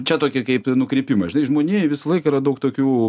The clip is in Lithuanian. čia tokie kaip nukrypimai žinai žmonijoj visą laiką yra daug tokių